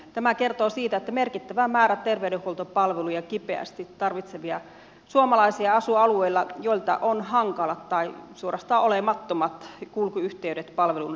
tämä kertoo siitä että merkittävä määrä terveydenhuoltopalveluja kipeästi tarvitsevia suomalaisia asuu alueilla joilta on hankalat tai suorastaan olemattomat kulkuyhteydet palvelujen äärelle